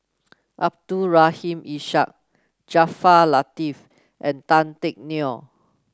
Abdul Rahim Ishak Jaafar Latiff and Tan Teck Neo